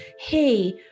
hey